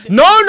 no